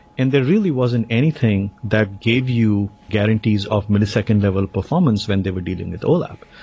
and there really wasn't anything that gave you guarantees of millisecond level performance when they were dealing with olap.